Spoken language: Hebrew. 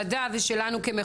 אנחנו רואים עלייה בדיווחים,